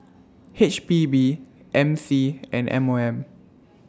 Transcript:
H P B M C and M O M